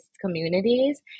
communities